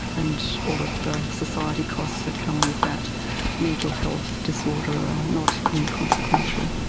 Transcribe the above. and all of the society costs that come with that mental health disorder are not inconsequential.